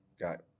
got